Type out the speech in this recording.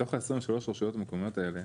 מתוך ה-23 רשויות מקומיות האלה,